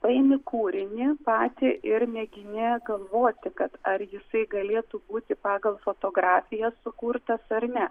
paimi kūrinį patį ir mėgini galvoti kad ar jisai galėtų būti pagal fotografiją sukurtas ar ne